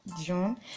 John